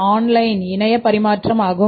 online அதாவது இணைய பரிமாற்றம் ஆகும்